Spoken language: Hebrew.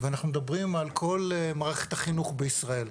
ואנחנו מדברים על כל מערכת החינוך בישראל,